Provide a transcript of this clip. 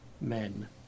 men